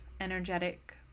energetic